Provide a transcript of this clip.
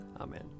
Amen